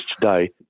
today